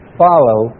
follow